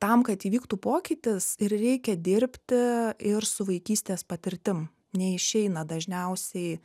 tam kad įvyktų pokytis ir reikia dirbti ir su vaikystės patirtim neišeina dažniausiai